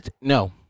No